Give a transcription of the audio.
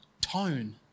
tone